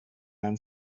man